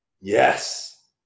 Yes